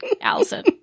Allison